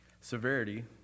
Severity